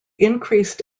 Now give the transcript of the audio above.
increased